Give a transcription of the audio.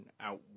out